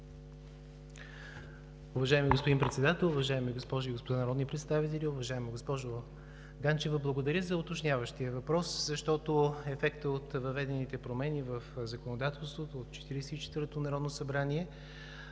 Уважаеми господин Председател, уважаеми госпожи и господа народни представители! Уважаема госпожо Ганчева, благодаря за уточняващия въпрос, защото ефектът от въведените промени в законодателството от Четиридесет и